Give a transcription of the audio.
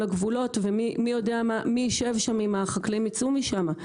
הגבולות ומי יישב שם אם החקלאים ייצאו משמה?